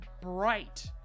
bright